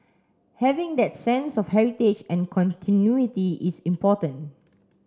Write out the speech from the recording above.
having that sense of heritage and continuity is important